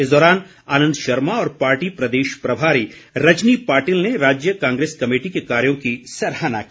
इस दौरान आनन्द शर्मा और पार्टी प्रदेश प्रभारी रजनी पाटिल ने राज्य कांग्रेस कमेटी के कार्यो की सराहना की